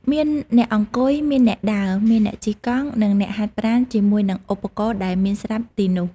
មានអ្នកអង្គុយ មានអ្នកដើរ មានអ្នកជិះកង់ និងអ្នកហាត់ប្រាណជាមួយនឹងឧបករណ៍ដែលមានស្រាប់ទីនោះ។